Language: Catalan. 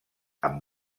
amb